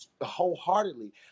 wholeheartedly